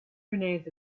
grenades